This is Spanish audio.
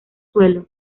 suelo